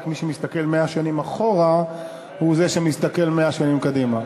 רק מי שמסתכל 100 שנים אחורה הוא זה שמסתכל 100 שנים קדימה.